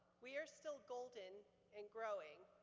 we are still golden and growing.